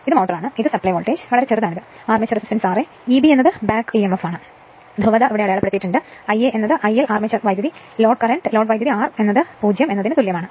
ഇത് മോട്ടോർ ആണ് ഇതാണ് സപ്ലൈ വോൾട്ടേജ് ഇത് വളരെ ചെറുതാണ് ആർമേച്ചർ റെസിസ്റ്റൻസ് ra Eb എന്നത് ബാക്ക് emf ആണ് ധ്രുവത ഇവിടെ അടയാളപ്പെടുത്തിയിരിക്കുന്നു Ia എന്നത് IL armature current load current r 0 എന്നതിന് തുല്യമാണ്